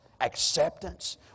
acceptance